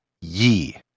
ye